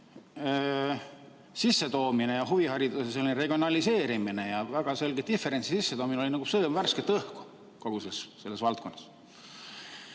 sissetoomine, huvihariduse regionaliseerimine ja väga selge diferentsi sissetoomine nagu sõõm värsket õhku kogu selles valdkonnas.